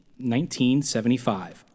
1975